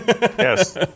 Yes